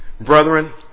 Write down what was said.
Brethren